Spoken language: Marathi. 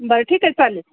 बरं ठीक आहे चालेल